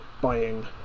buying